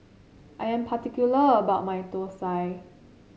I am particular about my thosai